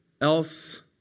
else